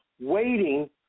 waiting